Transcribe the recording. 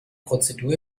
prozedur